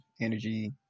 energy